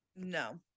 no